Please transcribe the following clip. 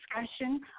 discussion